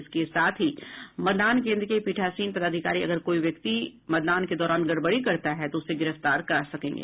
इसके साथ ही मतदान कोन्द्र के पीठासीन पदाधिकारी अगर कोई व्यक्ति मतदान के दौरान गड़बडी करता है तो उसे गिरफ्तार करा सकेंगे